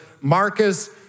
Marcus